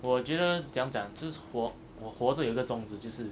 我觉得怎样讲就是活我活着有一个宗旨就是